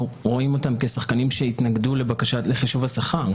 רואים אותם כשחקנים שיתנגדו לחישוב השכר.